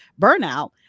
burnout